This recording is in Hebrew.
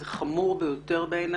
בעיני זה חמור ביותר.